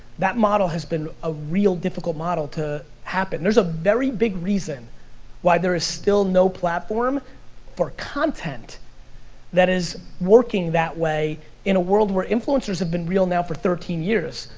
that model has been a real difficult model to happen. there's a very big reason why there is still no platform for content that is working that way in a world where influencers have been real now for thirteen years.